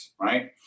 right